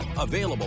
Available